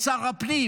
את שר הפנים,